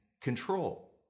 control